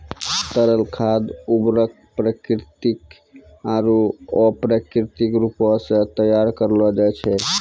तरल खाद उर्वरक प्राकृतिक आरु अप्राकृतिक रूपो सें तैयार करलो जाय छै